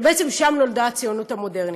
שבעצם בו נולדה הציונות המודרנית.